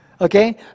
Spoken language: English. Okay